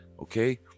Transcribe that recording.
okay